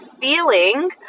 feeling